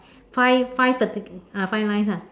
five five the ah five line ah